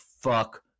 Fuck